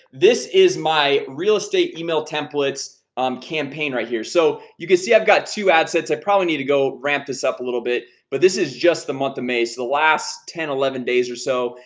this is my real estate email templates um campaign right here. so you can see i've got to add sets. i probably need to go ramp this up a little bit but this is just the month of may so the last ten eleven days or so,